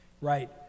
right